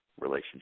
relationship